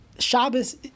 Shabbos